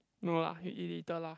no lah we eat later lah